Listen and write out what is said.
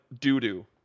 doo-doo